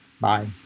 Bye